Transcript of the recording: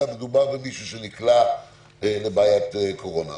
אלא מדובר במישהו שנקלע לבעיית קורונה.